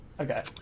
Okay